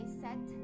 set